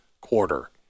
quarter